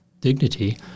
dignity